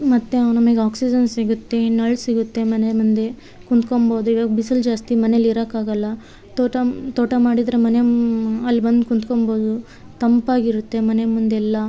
ಮತ್ತು ನಮಗ್ ಆಕ್ಸಿಜನ್ ಸಿಗುತ್ತೆ ನೆರಳು ಸಿಗುತ್ತೆ ಮನೆ ಮುಂದೆ ಕುಂತ್ಕೊಂಬೋದು ಇವಾಗ ಬಿಸಿಲು ಜಾಸ್ತಿ ಮನೇಲಿ ಇರೋಕ್ಕಾಗಲ್ಲ ತೋಟ ತೋಟ ಮಾಡಿದರೆ ಮನೆ ಮುಂದೆ ಅಲ್ಲಿ ಬಂದು ಕೂತ್ಕೊಬೋದು ತಂಪಾಗಿರುತ್ತೆ ಮನೆ ಮುಂದೆ ಎಲ್ಲ